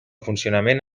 funcionament